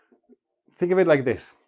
think of it like this